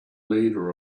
leader